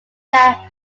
that